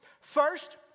First